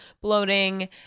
bloating